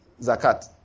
zakat